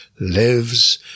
lives